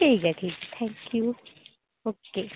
ठीक ऐ जी थैक्यू ओ के